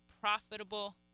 profitable